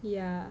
yeah